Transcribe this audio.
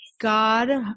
God